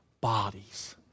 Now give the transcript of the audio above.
bodies